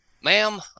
ma'am